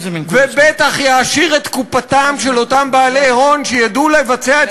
ובטח יעשיר את קופתם של אותם בעלי הון שידעו לבצע את